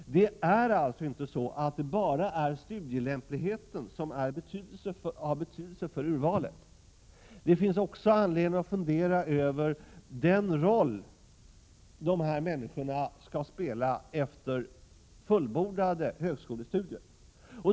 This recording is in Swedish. Det är alltså inte bara studielämpligheten som har betydelse för urvalet. Det finns också anledning att fundera över den roll dessa människor skall spela efter fullbordade högskolestudier.